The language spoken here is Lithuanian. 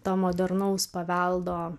to modernaus paveldo